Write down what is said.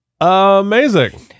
Amazing